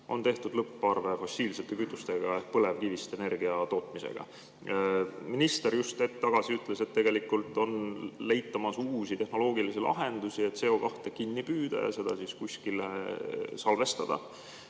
on tehtud lõpparve fossiilsete kütustega ehk põlevkivist energia tootmisega? Minister just hetk tagasi ütles, et tegelikult ollakse leidmas uusi tehnoloogilisi lahendusi, et CO2kinni püüda ja seda kuskile salvestada.